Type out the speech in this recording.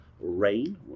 Rain